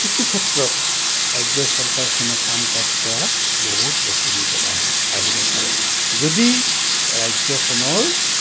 কিছু ক্ষেত্ৰত ৰাজ্য চৰকাৰখনে কাম কাজ কৰাত বহুত অসুবিধা আহিব পাৰে যদি ৰাজ্যখনৰ